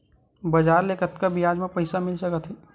बजार ले कतका ब्याज म पईसा मिल सकत हे?